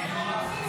להלן תוצאות